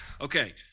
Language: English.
Okay